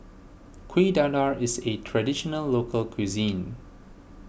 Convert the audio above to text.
Kuih Dadar is a Traditional Local Cuisine